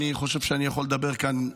ואני חושב שאני יכול לדבר כאן,